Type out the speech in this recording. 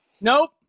Nope